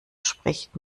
spricht